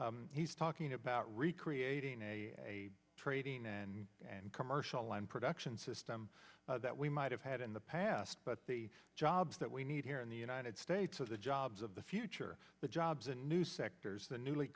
he's talking about recreating a trade and commercial production system that we might have had in the past but the jobs that we need here in the united states are the jobs of the future the jobs a new sectors the newly